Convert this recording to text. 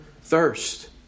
thirst